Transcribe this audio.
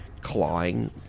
clawing